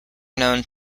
known